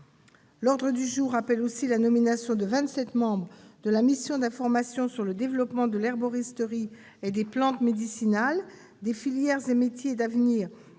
L'ordre du jour appelle la désignation des vingt-sept membres de la mission d'information sur le développement de l'herboristerie et des plantes médicinales, des filières et métiers d'avenir,